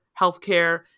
healthcare